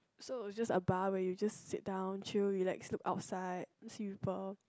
so it's just a bar where you just sit down chill relax look outside see people